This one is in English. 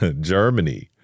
Germany